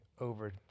over